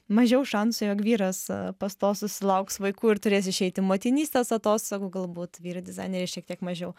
mažiau šansų jog vyras pastos susilauks vaikų ir turės išeiti motinystės atostogų galbūt vyrai dizaineriai šiek tiek mažiau